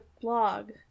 blog